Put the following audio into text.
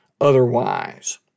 otherwise